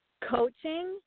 coaching